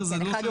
שני סטים.